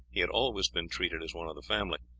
he had always been treated as one of the family,